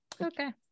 okay